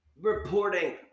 reporting